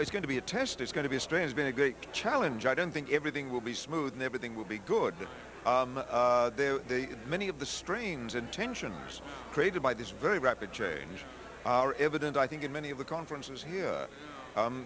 it's going to be a test it's going to be a strange been a great challenge i don't think everything will be smooth and everything will be good and many of the streams and tensioners created by this very rapid change are evident i think in many of the conferences here